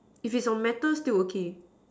if it's on metal still okay